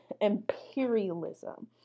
imperialism